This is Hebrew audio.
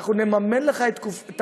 אנחנו נממן לך את הקורס,